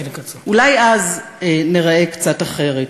אולי אז ניראה קצת אחרת.